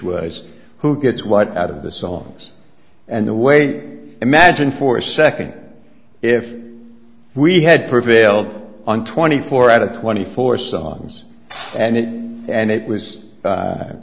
was who gets what out of the songs and the way imagine for a second if we had prevailed on twenty four out of twenty four songs and it was